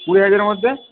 কুড়ি হাজারের মধ্যে